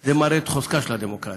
זה מראה את חוזקה של הדמוקרטיה.